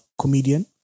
comedian